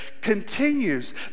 continues